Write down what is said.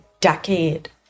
decade